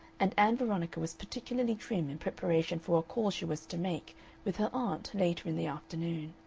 and ann veronica was particularly trim in preparation for a call she was to make with her aunt later in the afternoon.